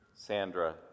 Sandra